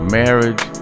marriage